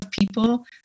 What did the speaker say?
people